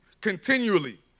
continually